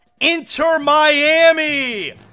Inter-Miami